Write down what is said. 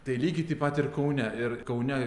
tai lygiai taip pat ir kaune ir kaune